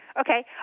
okay